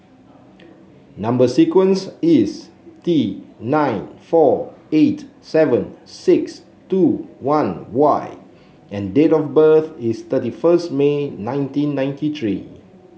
number sequence is T nine four eight seven six two one Y and date of birth is thirty first May nineteen ninety three